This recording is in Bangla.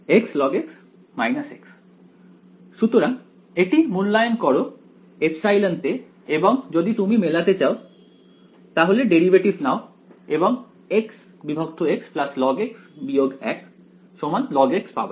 xlog x সুতরাং এটি মূল্যায়ন করো ε এ এবং যদি তুমি মেলাতে চাও তাহলে ডেরিভেটিভ নাও এবং xx log 1 log পাবে